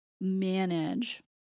manage